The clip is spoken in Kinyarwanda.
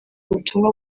ubutumwa